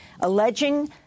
alleging